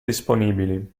disponibili